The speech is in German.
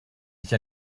nicht